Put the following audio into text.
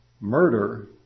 murder